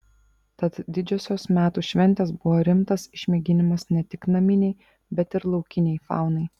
tad didžiosios metų šventės buvo rimtas išmėginimas ne tik naminei bet ir laukinei faunai